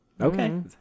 Okay